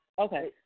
okay